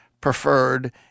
preferred